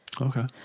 okay